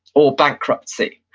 or bankruptcy,